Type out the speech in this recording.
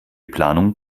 planung